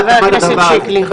תודה, חבר הכנסת שיקלי.